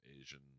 Asian